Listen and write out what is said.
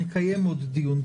נקיים עוד דיון.